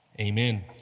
amen